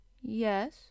Yes